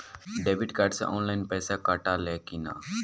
Debit card से online पैसा कटा ले कि ना?